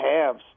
halves